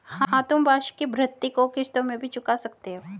हाँ, तुम वार्षिकी भृति को किश्तों में भी चुका सकते हो